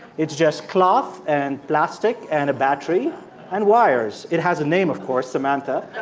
it's just cloth and plastic and a battery and wires. it has a name, of course, samantha,